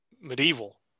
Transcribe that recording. medieval